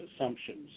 assumptions